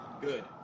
good